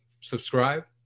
subscribe